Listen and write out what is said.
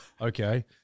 Okay